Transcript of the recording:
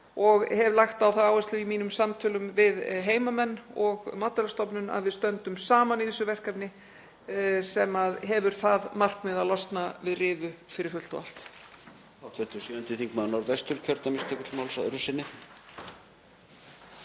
og hef lagt á það áherslu í mínum samtölum við heimamenn og Matvælastofnun að við stöndum saman í þessu verkefni sem hefur það markmið að losna við riðu fyrir fullt og allt.